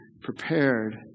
prepared